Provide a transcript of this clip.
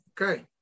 okay